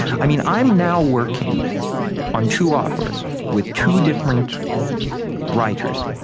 i mean, i'm now working on two operas with two different writers.